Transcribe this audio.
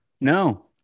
No